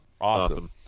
awesome